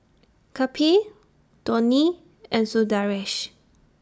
Kapil Dhoni and Sundaresh